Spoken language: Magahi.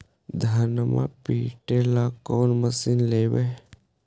धनमा पिटेला कौन मशीन लैबै?